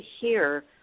hear